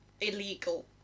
illegal